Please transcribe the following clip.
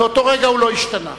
ומאותו רגע הוא לא השתנה.